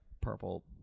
purple